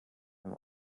beim